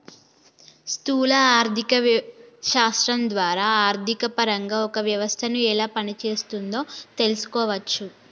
స్థూల ఆర్థిక శాస్త్రం ద్వారా ఆర్థికపరంగా ఒక వ్యవస్థను ఎలా పనిచేస్తోందో తెలుసుకోవచ్చు